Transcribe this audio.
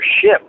ship